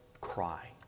cry